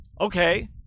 Okay